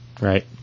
right